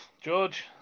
George